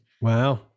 Wow